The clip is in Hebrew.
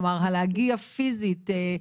כלומר להגיע פיזית,